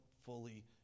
fully